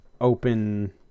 open